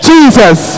Jesus